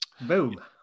Boom